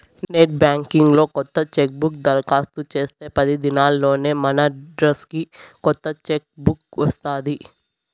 net banking లో కొత్త chequebook దరకాస్తు చేస్తే పది దినాల్లోనే మనడ్రస్కి కొత్త చెక్ బుక్ వస్తాది